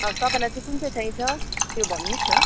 अब तपाईँलाई चाहिँ कुन चाहिँ चाइन्छ त्यो भन्नुहोस् न